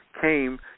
came